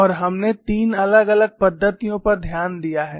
और हमने तीन अलग अलग पद्धतियों पर ध्यान दिया है